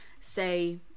say